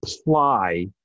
apply